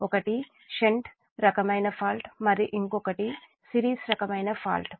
ఒకటి షన్ట్ రకమైన ఫాల్ట్ మరి ఇంకోటి సిరీస్ రకమైన ఫాల్ట్స్